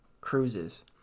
Cruises